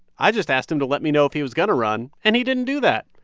i just asked him to let me know if he was going to run, and he didn't do that.